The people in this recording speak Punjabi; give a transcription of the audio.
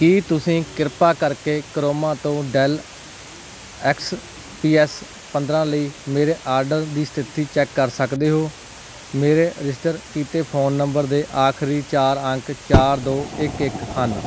ਕੀ ਤੁਸੀਂ ਕਿਰਪਾ ਕਰਕੇ ਕਰੋਮਾ ਤੋਂ ਡੈੱਲ ਐਕਸਪੀਐੱਸ ਪੰਦਰ੍ਹਾਂ ਲਈ ਮੇਰੇ ਆਰਡਰ ਦੀ ਸਥਿਤੀ ਚੈੱਕ ਕਰ ਸਕਦੇ ਹੋ ਮੇਰੇ ਰਜਿਸਟਰ ਕੀਤੇ ਫ਼ੋਨ ਨੰਬਰ ਦੇ ਆਖਰੀ ਚਾਰ ਅੰਕ ਚਾਰ ਦੋ ਇੱਕ ਇੱਕ ਹਨ